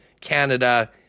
Canada